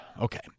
Okay